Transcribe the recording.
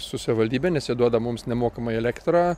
su savivaldybe nes jie duoda mums nemokamai elektrą